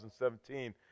2017